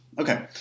Okay